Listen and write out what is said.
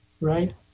right